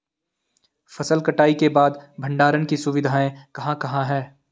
फसल कटाई के बाद भंडारण की सुविधाएं कहाँ कहाँ हैं?